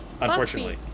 unfortunately